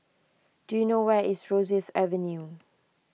do you know where is Rosyth Avenue